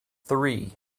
three